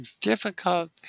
difficult